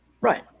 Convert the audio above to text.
Right